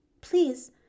please